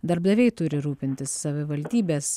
darbdaviai turi rūpintis savivaldybės